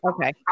Okay